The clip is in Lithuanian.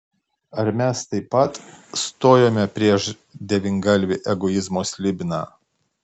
ar mes taip pat stojome prieš devyngalvį egoizmo slibiną